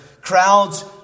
crowds